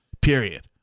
period